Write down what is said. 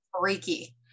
freaky